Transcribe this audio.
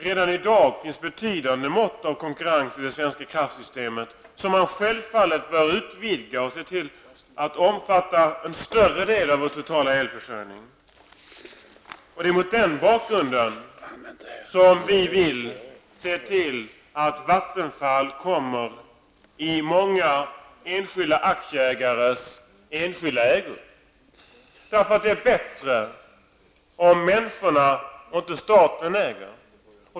Redan i dag finns det betydande mått av konkurrens i det svenska kraftsystemet, något som man självfallet bör utvidga till att omfatta en större del av vår totala elförsörjning. Det är mot denna bakgrund som vi moderater vill att Vattenfall kommer i många aktieägares enskilda ägo. Det är bättre om människorna äger och inte staten.